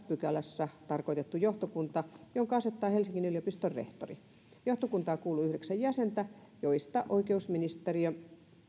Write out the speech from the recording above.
pykälässä tarkoitettu johtokunta jonka asettaa helsingin yliopiston rehtori johtokuntaan kuuluu yhdeksän jäsentä joista oikeusministeriö